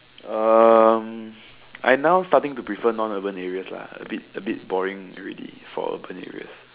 I now starting to prefer non urban areas lah a bit a bit boring already for urban areas